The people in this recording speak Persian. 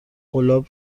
قلاب